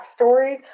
backstory